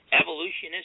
evolutionists